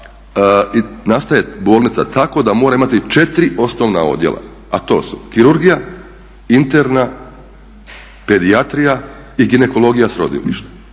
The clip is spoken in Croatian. da nastaje bolnica tako da mora imati 4 osnovna odjela, a to su kirurgija, interna, pedijatrija i ginekologija s rodilištem.